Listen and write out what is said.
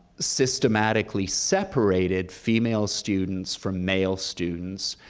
systematically separated female students from male students,